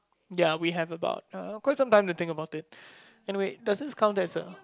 ya we have about uh quite sometime to think about it anyway does this count as uh